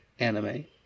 Anime